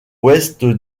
ouest